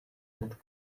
ერთ